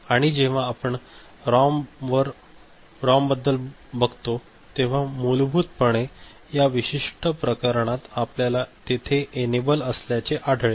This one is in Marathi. आणि जेव्हा आपण रॉमवर बद्दल बघतो तेव्हा मूलभूतपणे या विशिष्ट प्रकरणात आपल्याला तेथे एनेबल असल्याचे आढळेल